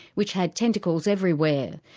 which had tentacles everywhere.